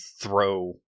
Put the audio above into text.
throw